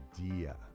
idea